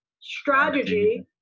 strategy